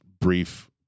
brief